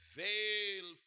veil